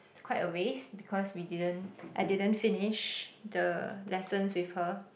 is quite a waste because we didn't I didn't finish the lessons with her